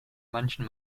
manchen